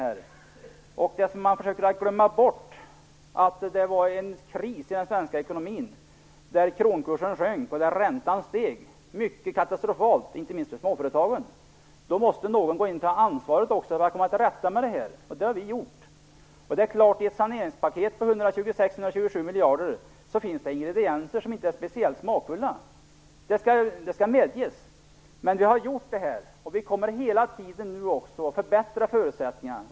Det som man försöker glömma bort är att det var en kris i den svenska ekonomin, där kronkursen sjönk och räntan steg, mycket katastrofalt, inte minst för småföretagen. Då måste någon ta ansvaret för att komma till rätta med detta. Det har vi gjort. Det är klart att i ett saneringspaket på 126-127 miljarder finns det ingredienser som inte är speciellt smakfulla. Det skall medges. Men vi har gjort det här, och vi kommer hela tiden att förbättra förutsättningarna.